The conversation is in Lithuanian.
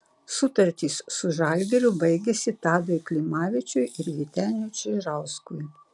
sutartys su žalgiriu baigėsi tadui klimavičiui ir vyteniui čižauskui